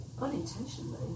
unintentionally